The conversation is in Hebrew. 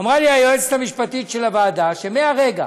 אמרה לי היועצת המשפטית של הוועדה שמרגע